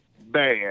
bad